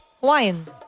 Hawaiians